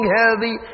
healthy